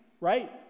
right